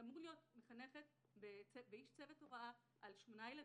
אמורים להיות מחנכת ואיש צוות הוראה על שמונה ילדים.